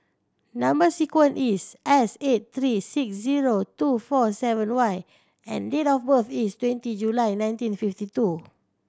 number sequence is S eight three six zero two four seven Y and date of birth is twenty July nineteen fifty two